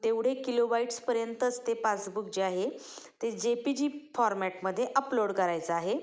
तेवढे किलोबाईट्सपर्यंतच ते पासबुक जे आहे ते जे पी जी फॉरमॅटमध्ये अपलोड करायचं आहे